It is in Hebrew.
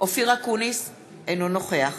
אופיר אקוניס, אינו נוכח